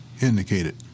indicated